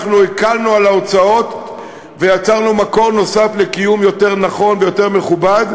אנחנו הקלנו את ההוצאות ויצרנו מקור נוסף לקיום יותר נכון ויותר מכובד,